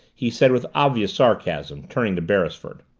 he said with obvious sarcasm, turning to beresford.